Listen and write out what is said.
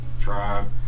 tribe